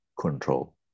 control